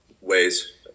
ways